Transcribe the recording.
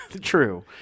True